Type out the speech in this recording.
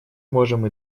можем